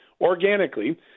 organically